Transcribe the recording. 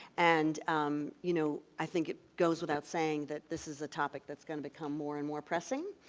and um you know i think it goes without saying that this is a topic that's going to become more and more pressing.